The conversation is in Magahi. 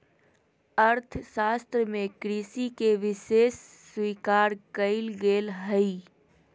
अर्थशास्त्र में कृषि के विशेष स्वीकार कइल गेल हइ